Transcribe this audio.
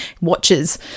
watches